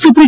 સુપ્રિ